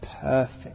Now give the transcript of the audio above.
perfect